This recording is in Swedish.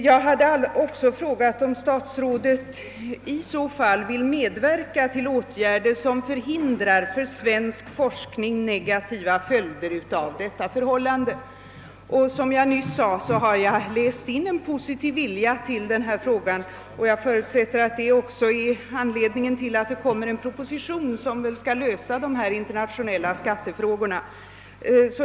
Jag hade också frågat, om statsrådet i så fall ville medverka till åtgärder som förhindrar för svensk forskning negativa följder av detta förhållande. Som jag nyss sade har jag läst in en positiv vilja att lösa den frågan. Jag antar att detta också är anledningen till att det kommer en proposition som skall lösa sådana internationella skattefrågor.